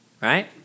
right